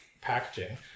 packaging